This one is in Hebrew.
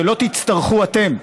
שלא תצטרכו אתם,